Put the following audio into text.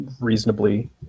reasonably